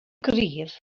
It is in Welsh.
gryf